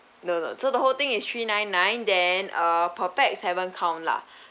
no no no so the whole thing is three nine nine then uh per pax haven't count lah